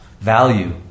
value